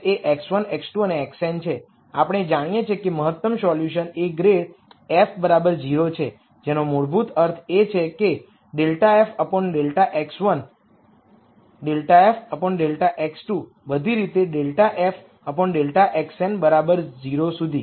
આપણે જાણીએ છીએ કે મહત્તમ સોલ્યુશન એ ગ્રેડ f 0 છે જેનો મૂળભૂત અર્થ એ છે કે ∂f∂x1 ∂f ∂x2 બધી રીતે ∂f ∂xn બરાબર 0 સુધી